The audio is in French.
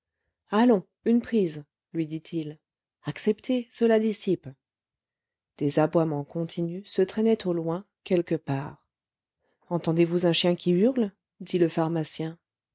allons une prise lui dit-il acceptez cela dissipe des aboiements continus se traînaient au loin quelque part entendez-vous un chien qui hurle dit le pharmacien